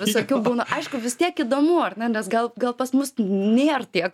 visokių būna aišku vis tiek įdomu ar ne nes gal gal pas mus nėr tiek